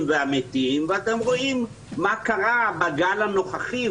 והמתים ואתם רואים מה קרה בגל הנוכחי,